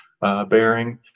bearing